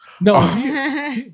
No